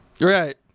Right